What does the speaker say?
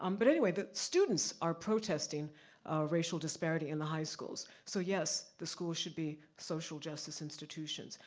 um but anyway, the students are protesting racial disparity in the high schools. so yes, the schools should be social justice institutions.